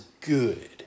good